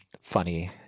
funny